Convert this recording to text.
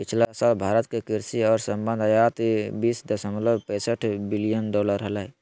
पिछला साल भारत के कृषि और संबद्ध आयात बीस दशमलव पैसठ बिलियन डॉलर हलय